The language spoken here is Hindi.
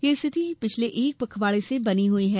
यह स्थिति पिछले एक पखवाड़े से बनी हई है